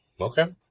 Okay